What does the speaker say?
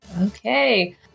Okay